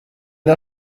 der